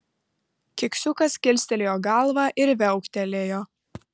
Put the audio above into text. keksiukas kilstelėjo galvą ir viauktelėjo